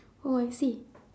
oh I see